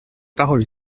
parole